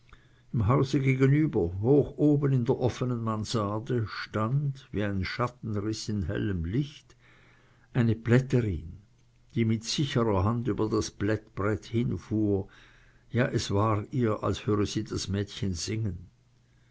hause gegenüber hoch oben in der offenen mansarde stand wie ein schattenriß in hellem licht eine plätterin die mit sicherer hand über das plättbrett hinfuhr ja es war ihr als höre sie das mädchen singen